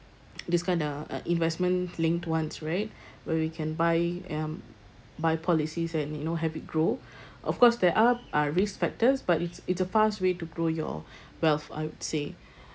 this kind of investment linked ones right where we can buy um buy policies and you know have it grow of course there are uh risk factors but it's a it's a fast way to grow your wealth I would say